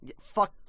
fuck